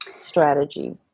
strategy